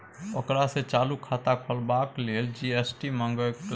ओकरा सँ चालू खाता खोलबाक लेल जी.एस.टी मंगलकै